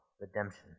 redemption